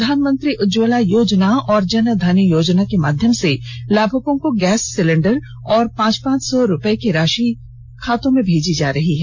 प्रधानमंत्री उज्जवला योजना और जन धन योजना के माध्यम से लाभुकों को गैस सिलिंडर और पांच पांच सौ रूपये की राषि लोगों में खातों में भेजी जा रही है